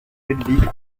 rugby